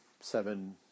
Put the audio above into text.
seven